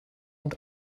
und